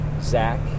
Zach